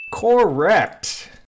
Correct